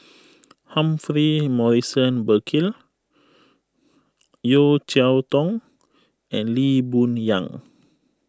Humphrey Morrison Burkill Yeo Cheow Tong and Lee Boon Yang